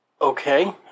Okay